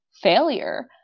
failure